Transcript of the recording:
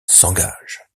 s’engage